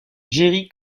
jerry